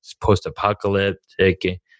post-apocalyptic